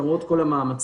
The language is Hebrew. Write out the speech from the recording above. למרות כל המאמצים,